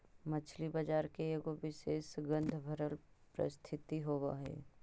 मछली बजार के एगो विशेष गंधभरल परिस्थिति होब हई